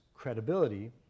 Credibility